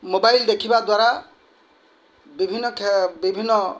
mobile ଦେଖିବା ଦ୍ୱାରା ବିଭିନ୍ନ କ୍ଷୟ ବିଭିନ୍ନ